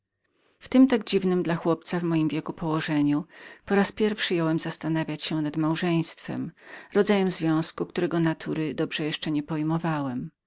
w tem tak dziwnem położeniu dla chłopca mego wieku po raz pierwszy jąłem zastanawiać się nad małżeństwem rodzajem związku którego dobrze jeszcze nie pojmowałem